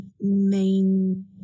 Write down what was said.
main